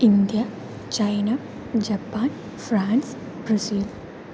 India China Japan France Brazil